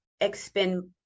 expend